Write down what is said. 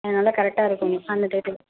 அதனால் கரெக்டாக இருக்கும் உனக் அந்த டையத்துக்கு